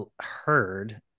heard